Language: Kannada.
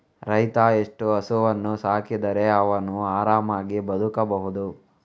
ರೈತ ಎಷ್ಟು ಹಸುವನ್ನು ಸಾಕಿದರೆ ಅವನು ಆರಾಮವಾಗಿ ಬದುಕಬಹುದು?